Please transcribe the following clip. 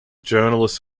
journalist